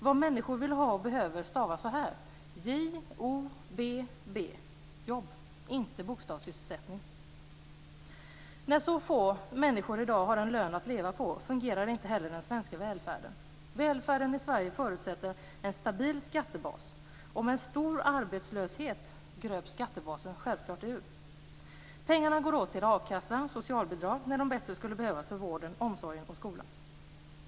Vad människor vill ha och behöver stavas så här: j-o-b-b. De vill ha jobb - När så få människor som i dag har en lön att leva på, fungerar inte heller den svenska välfärden. Välfärden i Sverige förutsätter en stabil skattebas. Med en stor arbetslöshet gröps skattebasen självklart ur. Pengarna går åt till a-kassa och socialbidrag när de bättre skulle behövas för vården, omsorgen och skolan.